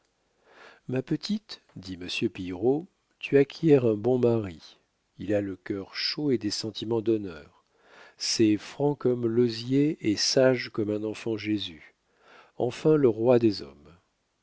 ma petite dit monsieur pillerault tu acquiers un bon mari il a le cœur chaud et des sentiments d'honneur c'est franc comme l'osier et sage comme un enfant jésus enfin le roi des hommes